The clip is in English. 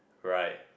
right